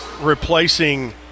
replacing